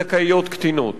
זכאיות קטינות.